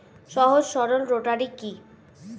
সহজ সরল রোটারি কি?